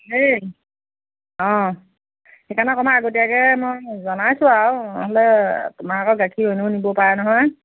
দেই অঁ সেইকাৰণে অকণমান আগতীয়াকৈ মই জনাইছোঁ আৰু নহ'লে তোমাৰ আকৌ গাখীৰ অইনেও নিব পাৰে নহয়